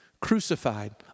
crucified